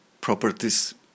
properties